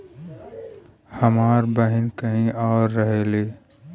हमार बहिन कहीं और रहेली